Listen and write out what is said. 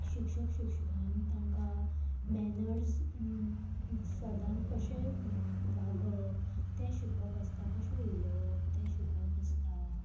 शिक्षक शिक्षिकान तांकां मॅनर्स सदांच कशें वागप तें शिकोवप आसता कशें उलोवप तें शिकोवप आसता